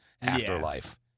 afterlife